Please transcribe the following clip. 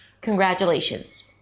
Congratulations